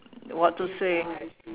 what to say